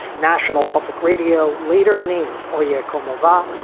national public radio later named oh yeah, comb-over,